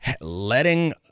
letting